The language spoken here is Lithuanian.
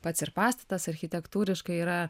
pats ir pastatas architektūriškai yra